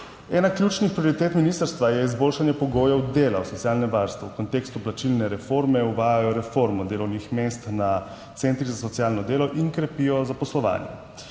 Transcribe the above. Ena ključnih prioritet ministrstva je izboljšanje pogojev dela v socialnem varstvu. V kontekstu plačilne reforme uvajajo reformo delovnih mest na centrih za socialno delo in krepijo zaposlovanje.